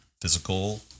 physical